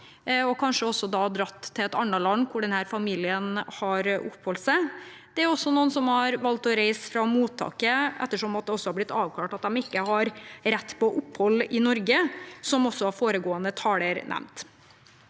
og kanskje dratt til et annet land hvor denne familien har oppholdt seg. Det er også noen som har valgt å reise fra mottaket ettersom det har blitt avklart at de ikke har rett på opphold i Norge, noe foregående taler også